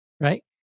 right